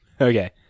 Okay